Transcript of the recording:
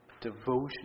devotion